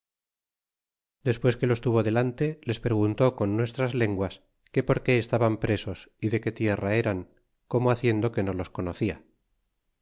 despues que los tuvo delante les preguntó con nuestras lenguas que por qué estaban presos y de qué tierra eran como haciendo que no los conocia